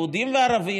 יהודים וערבים,